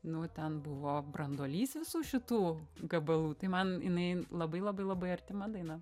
nu ten buvo branduolys visų šitų gabalų tai man jinai labai labai labai artima daina